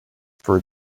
for